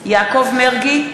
יעקב מרגי,